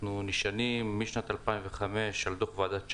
אנחנו נשענים משנת 2005 על דוח ועדת שיינין,